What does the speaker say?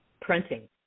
Printing